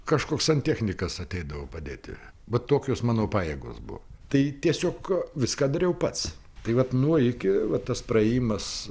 kažkoks santechnikas ateidavo padėti va tokios mano pajėgos buvo tai tiesiog viską dariau pats tai vat nuo iki va tas praėjimas